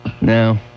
No